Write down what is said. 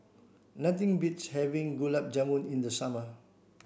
nothing beats having Gulab Jamun in the summer